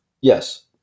Yes